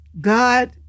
God